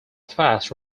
fast